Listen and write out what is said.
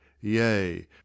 Yea